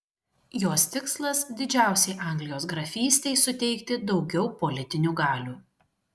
jos tikslas didžiausiai anglijos grafystei suteikti daugiau politinių galių